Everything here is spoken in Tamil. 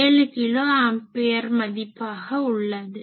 7 கிலோ ஆம்பயர் மதிப்பாக உள்ளது